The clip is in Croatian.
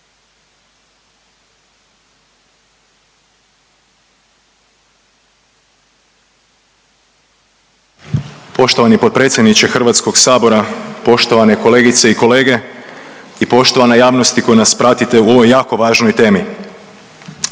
Poštovani potpredsjedniče HS-a, poštovane kolegice i kolege i poštovana javnosti koja nas pratite u ovoj jako važnoj temi.